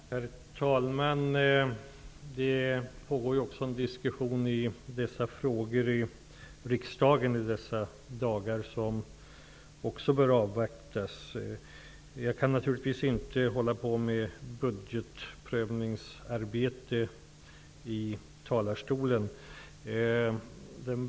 Herr talman! Det pågår även en diskussion om de här frågorna i riksdagen i dessa dagar. Den bör också avvaktas. Jag kan naturligtvis inte hålla på med budgetprövningsarbete i talarstolen.